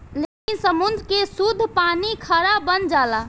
लेकिन समुंद्र के सुद्ध पानी खारा बन जाला